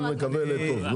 אבל נקווה לטוב.